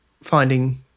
finding